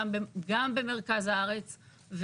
גם במרכז הארץ,